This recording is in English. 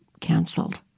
canceled